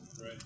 right